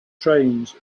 trains